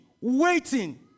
waiting